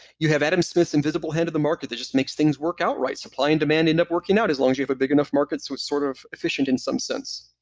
you have adam smith's invisible hand of the market that just makes things work out right. supply and demand end up working out as long as you have a big enough market that's so sort of efficient in some sense.